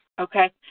Okay